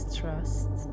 trust